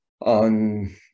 on